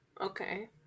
Okay